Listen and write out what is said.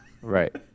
Right